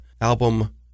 album